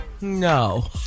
No